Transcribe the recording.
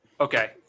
Okay